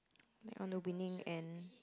on the winning end